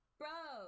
bro